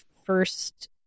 first